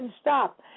stop